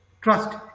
trust